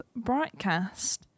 Brightcast